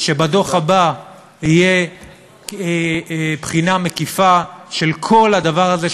שבדוח הבא תהיה בחינה מקיפה של כל הדבר הזה,